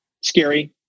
scary